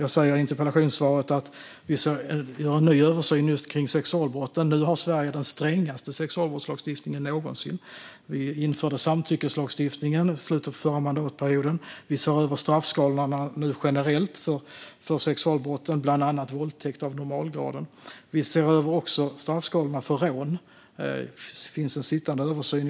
I mitt interpellationssvar sa jag att vi ska göra en ny översyn av sexualbrotten. Nu har Sverige den strängaste sexualbrottslagstiftningen någonsin. Vi införde samtyckeslagstiftningen i slutet av förra mandatperioden, och vi ser nu generellt över straffskalorna för sexualbrott, bland annat våldtäkt av normalgraden. Vi ser över straffskalorna för rån. Det finns en sittande utredning.